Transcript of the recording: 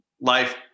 life